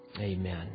amen